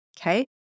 Okay